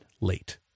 late